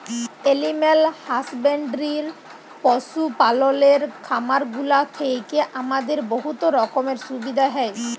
animal husbandry পশু পাললের খামারগুলা থ্যাইকে আমাদের বহুত রকমের সুবিধা হ্যয়